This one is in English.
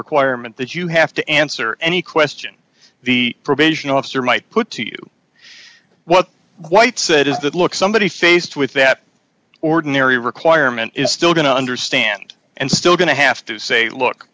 requirement that you have to answer any question the probation officer might put to you what white said is that look somebody faced with that ordinary requirement is still going to understand and still going to have to say look